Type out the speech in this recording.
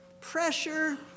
pressure